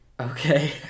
Okay